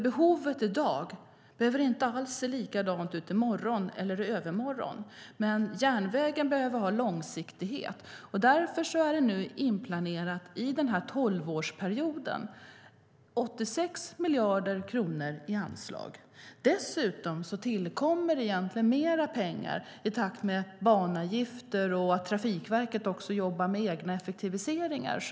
Behovet i dag behöver inte alls se likadant ut i morgon eller i övermorgon, men järnvägen behöver ha långsiktighet. Därför är det nu inplanerat i tolvårsperioden 86 miljarder kronor i anslag. Dessutom tillkommer egentligen mer pengar i takt med att banavgifter tas ut och att Trafikverket jobbar med egna effektiviseringar.